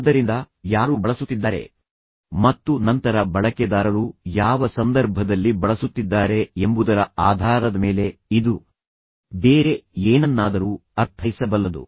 ಆದ್ದರಿಂದ ಯಾರು ಬಳಸುತ್ತಿದ್ದಾರೆ ಮತ್ತು ನಂತರ ಬಳಕೆದಾರರು ಯಾವ ಸಂದರ್ಭದಲ್ಲಿ ಬಳಸುತ್ತಿದ್ದಾರೆ ಎಂಬುದರ ಆಧಾರದ ಮೇಲೆ ಇದು ಬೇರೆ ಏನನ್ನಾದರೂ ಅರ್ಥೈಸಬಲ್ಲದು